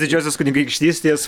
didžiosios kunigaikštystės